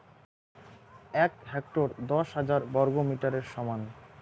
এক হেক্টর দশ হাজার বর্গমিটারের সমান